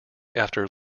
after